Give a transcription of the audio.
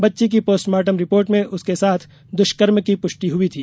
बच्ची की postmortem report में उसके साथ दुष्कर्म की पुष्टि हुई थी